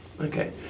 Okay